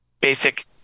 basic